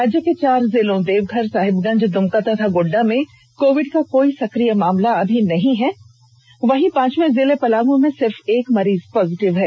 राज्य के चार जिलों देवघर साहिबगंज द्मका तथा गोड्डा में कोविड का कोई सक्रिय मामला अभी नहीं है वहीं पांचवें जिले पलाम में सिर्फ एक मरीज पॉजिटिव है